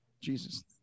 Jesus